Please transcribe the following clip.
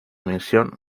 misión